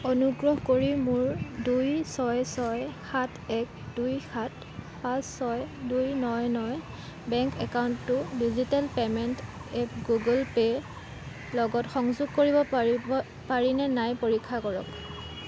অনুগ্ৰহ কৰি মোৰ দুই ছয় ছয় সাত এক দুই সাত পাঁচ ছয় দুই ন ন বেংক একাউণ্টটো digital payment app Google Pay লগত সংযোগ কৰিব পাৰিব পাৰিনে নাই পৰীক্ষা কৰক